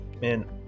man